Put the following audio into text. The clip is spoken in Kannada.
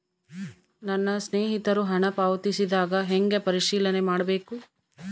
ನನ್ನ ಸ್ನೇಹಿತರು ಹಣ ಪಾವತಿಸಿದಾಗ ಹೆಂಗ ಪರಿಶೇಲನೆ ಮಾಡಬೇಕು?